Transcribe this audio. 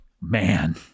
Man